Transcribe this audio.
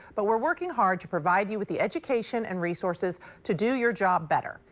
but we're working hard to provide you with the education and resources to do your job better,